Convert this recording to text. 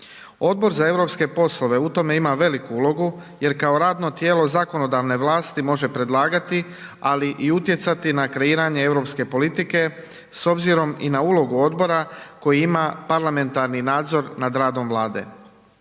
Odbor za europske poslove u tome ima veliku ulogu jer kao radno tijelo zakonodavne vlasti može predlagati, ali i utjecati na kreiranje europske politike s obzirom i na ulogu odbora koji ima parlamentarni nadzor nad radom Vlade.